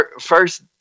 first